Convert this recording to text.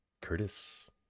Curtis